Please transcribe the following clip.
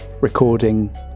recording